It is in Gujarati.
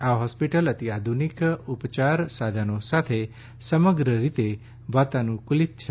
આ હોસ્પિટલ અતિ આધુનિક ઉપચાર સાધનો સાથે સમગ્ર રીતે વાતાનુકુલિત છે